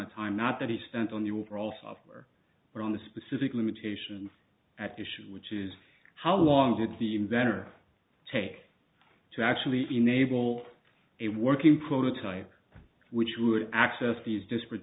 of time not that he spent on the overall software but on the specific limitations at issue which is how long did the inventor take to actually enable a working prototype which would access these disparate